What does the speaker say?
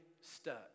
stuck